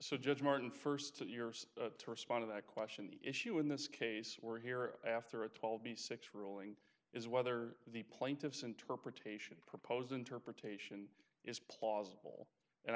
so judge martin first to yours to respond to that question issue in this case we're here after a twelve b six ruling is whether the plaintiffs interpretation proposed interpretation is plausible and i